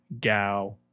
Gao